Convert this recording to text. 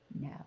No